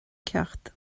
ceacht